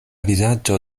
vizaĝo